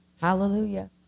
Hallelujah